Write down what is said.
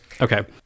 Okay